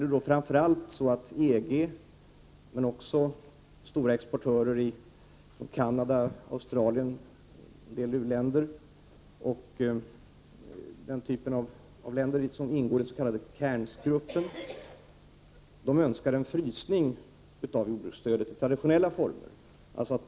På den punkten är det så att EG och också stora exportörer som Canada, Australien, en del u-länder och den typen av länder som ingår i den s.k. Cairns-gruppen önskar en frysning av det traditionella jordbruksstödet.